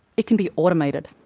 it can be automated.